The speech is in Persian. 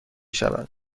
شود